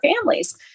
families